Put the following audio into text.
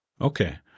Okay